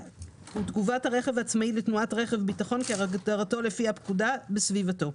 ותגובת הרכב העצמאי לתנועת רב ביטחון כהגדרתו לפי הפקודה בסביבתו.